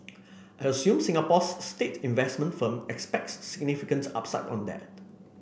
I assume Singapore's state investment firm expects significant upside on that